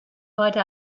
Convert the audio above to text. heute